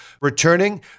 returning